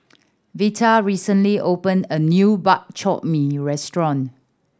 Veta recently opened a new Bak Chor Mee restaurant